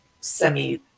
semi